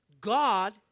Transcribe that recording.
God